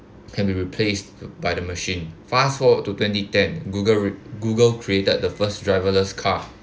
can be replaced by the machine fast forward to twenty ten google google created the first driverless car